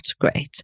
great